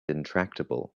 intractable